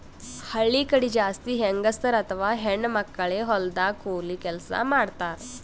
ಹಳ್ಳಿ ಕಡಿ ಜಾಸ್ತಿ ಹೆಂಗಸರ್ ಅಥವಾ ಹೆಣ್ಣ್ ಮಕ್ಕಳೇ ಹೊಲದಾಗ್ ಕೂಲಿ ಕೆಲ್ಸ್ ಮಾಡ್ತಾರ್